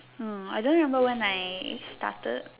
oh I don't remember when I started